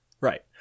right